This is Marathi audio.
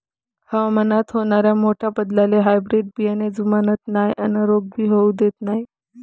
हवामानात होनाऱ्या मोठ्या बदलाले हायब्रीड बियाने जुमानत नाय अन रोग भी होऊ देत नाय